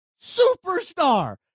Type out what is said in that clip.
superstar